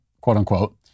quote-unquote